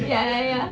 ya ya ya